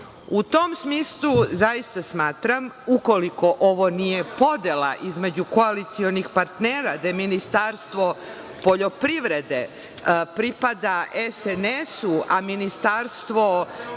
U tom smislu zaista smatram, ukoliko ovo nije podela između koalicionih partnera gde Ministarstvo poljoprivrede pripada SNS, a ministarstvo